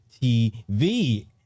tv